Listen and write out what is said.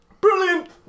Brilliant